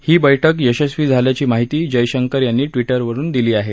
ही बैठक यशस्वी झाल्याची माहिती जयशंकर यांनी ट्विटरवरून दिली आहे